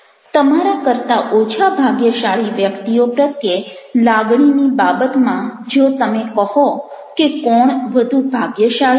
તમારા કરતાં ઓછા ભાગ્યશાળી વ્યક્તિઓ પ્રત્યે લાગણીની બાબતમાં જો તમે કહો કે કોણ વધુ ભાગ્યશાળી છે